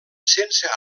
sense